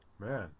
man